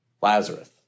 Lazarus